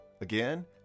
Again